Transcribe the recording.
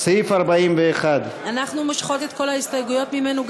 סעיף 41. אנחנו מושכות את כל ההסתייגויות ממנו,